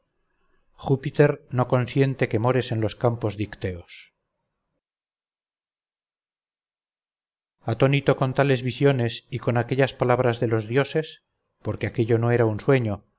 júpiter no consiente que mores en los campos dicteos atónito con tales visiones y con aquellas palabras de los dioses